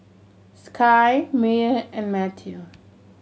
Sky Meyer and Mathew